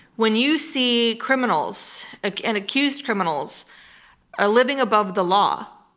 when you see criminals and accused criminals are living above the law,